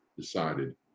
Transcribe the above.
decided